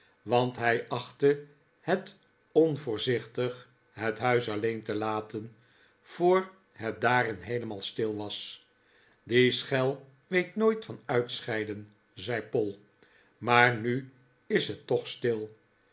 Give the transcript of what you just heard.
want hij achtte het onvoorzichtig het huis alleen te laten voor het daarin heelemaal stil was die schel weet nooit van uitscheiden zei poll maar nu is ze toch stil